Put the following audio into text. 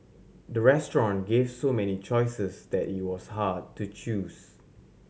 the restaurant gave so many choices that it was hard to choose